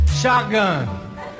shotgun